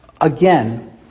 again